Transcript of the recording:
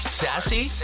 sassy